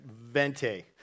vente